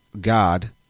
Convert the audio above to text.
God